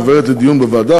עוברת לדיון בוועדה,